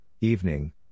evening